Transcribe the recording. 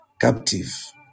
captive